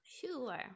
Sure